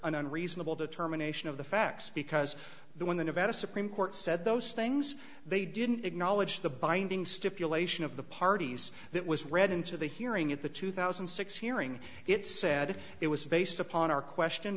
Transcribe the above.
an unreasonable determination of the facts because the when the nevada supreme court said those things they didn't acknowledge the binding stipulation of the parties that was read into the hearing at the two thousand and six hearing it said it was based upon our question